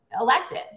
elected